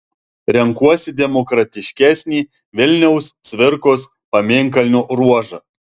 renkuosi demokratiškesnį vilniaus cvirkos pamėnkalnio ruožą